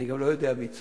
אני גם לא יודע מי צודק.